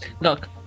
look